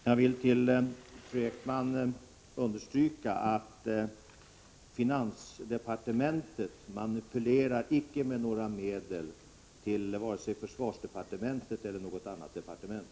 Fru talman! Jag vill för fru Ekman understryka att finansdepartementet icke manipulerar med några medel till vare sig försvarsdepartementet eller något annat departement.